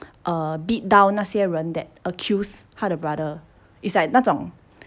err beat down 那些人 that accused 他的 brother it's like 那种